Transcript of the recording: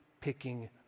picking